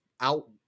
out